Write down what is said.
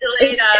later